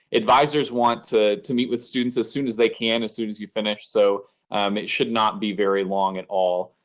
advisers want to to meet with students as soon as they can, as soon as you finish. so it should not be very long at all